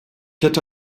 hätte